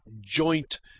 joint